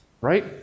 right